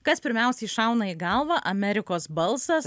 kas pirmiausiai šauna į galvą amerikos balsas